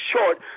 short